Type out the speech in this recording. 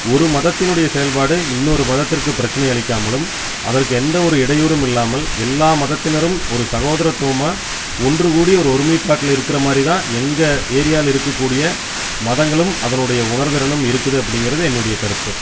ஒரு மதத்தினுடைய செயல்பாடு இன்னொரு மதத்திற்கு பிரச்சனை அளிக்காமலும் அதற்கு எந்த ஒரு இடையூறும் இல்லாமல் எல்லா மதத்தினரும் ஒரு சகோதரத்துவமாக ஒன்று கூடி ஒரு ஒருமைபாட்டில் இருக்கற மாதிரி தான் எங்கள் ஏரியாவில் இருக்க கூடிய மதங்களும் அதனுடைய உணர்திறனும் இருக்குது அப்படிங்கறது என்னுடைய கருத்து